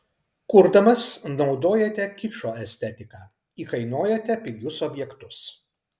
kurdamas naudojate kičo estetiką įkainojate pigius objektus